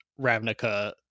Ravnica